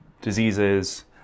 diseases